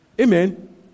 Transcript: Amen